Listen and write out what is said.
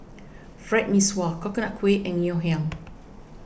Fried Mee Sua Coconut Kuih and Ngoh Hiang